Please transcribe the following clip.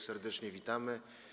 Serdecznie witamy.